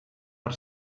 per